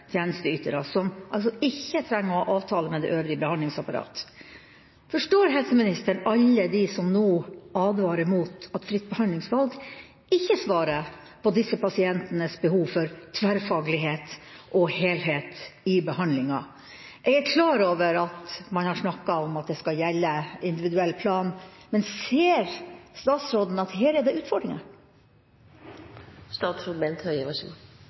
tjenesteytere som ikke trenger å ha avtale med det øvrige behandlingsapparatet. Forstår helseministeren alle dem som nå advarer mot at fritt behandlingsvalg ikke svarer på disse pasientenes behov for tverrfaglighet og helhet i behandlinga? Jeg er klar over at man har snakket om at individuell plan skal gjelde, men ser statsråden at det er utfordringer